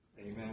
amen